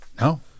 No